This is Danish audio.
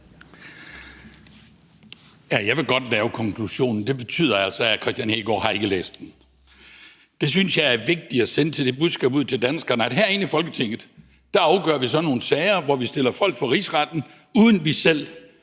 Jeg vil godt lave konklusionen: Det betyder altså, at Kristian Hegaard ikke har læst den. Det budskab synes jeg er vigtigt at sende ud til danskerne: at herinde i Folketinget afgør vi nogle sager, hvor vi stiller folk for Rigsretten, uden vi selv